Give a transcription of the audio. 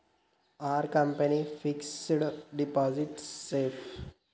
Are company fixed deposit safe?